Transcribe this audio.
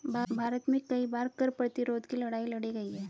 भारत में कई बार कर प्रतिरोध की लड़ाई लड़ी गई है